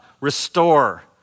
Restore